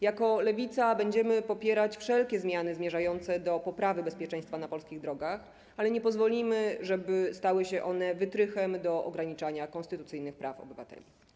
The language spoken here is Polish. Jako Lewica będziemy popierać wszelkie zmiany zmierzające do poprawy bezpieczeństwa na polskich drogach, ale nie pozwolimy, żeby stały się one wytrychem do ograniczania konstytucyjnych praw obywateli.